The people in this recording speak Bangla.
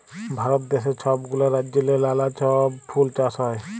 ভারত দ্যাশে ছব গুলা রাজ্যেল্লে লালা ছব ফুল চাষ হ্যয়